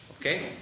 Okay